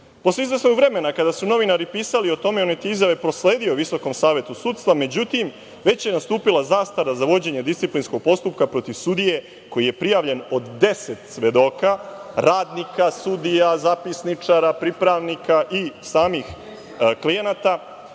sebe. Posle izvesnog vremena, kada su novinari pisali o tome, on je te izjave prosledio Visokom savetu sudstva, međutim, već je nastupila zastara za vođenje disciplinskog postupka protiv sudije koji je prijavljen od 10 svedoka, radnika, sudija, zapisničara, pripravnika i samih klijenata